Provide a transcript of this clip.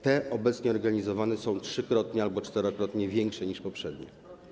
Te obecnie organizowane są trzykrotnie albo czterokrotnie większe niż poprzednie.